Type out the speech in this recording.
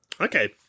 Okay